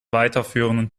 weiterführenden